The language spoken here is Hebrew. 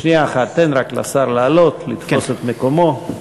שנייה אחת, תן רק לשר לעלות, לתפוס את מקומו.